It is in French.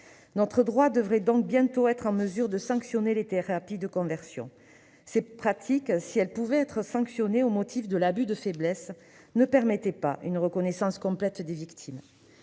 Notre droit devrait donc bientôt permettre de sanctionner les thérapies de conversion. Ces pratiques, si elles pouvaient être sanctionnées au motif de l'abus de faiblesse, ne permettaient pas une reconnaissance complète des victimes.